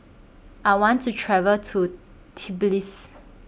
I want to travel to Tbilisi